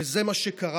וזה מה שקרה,